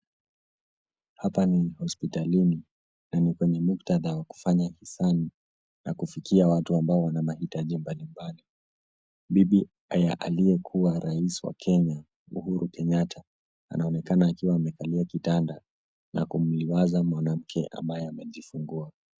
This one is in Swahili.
Hapa ni hospitalini na ni kwenye mukatadha wa kufanya hisani na kufikia watu walio na mahitaji mbalimbali. Bibi ya aliyekuwa rais wa Kenya Uhuru Kenyatta ananekana akiwa amekalia kitanda na kumliwaza mwanamke ambaye amejifungua.